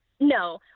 No